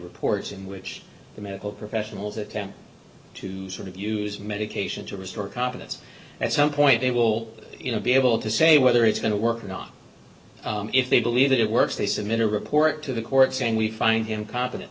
reports in which the medical professionals attempt to sort of use medication to restore confidence at some point they will you know be able to say whether it's going to work or not if they believe that it works they submit a report to the court saying we find him co